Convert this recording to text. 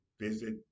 visit